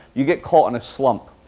you get caught in a slump.